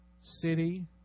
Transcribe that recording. city